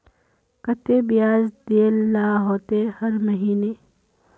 केते बियाज देल ला होते हर महीने?